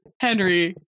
Henry